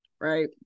right